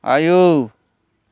आयौ